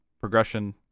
Progression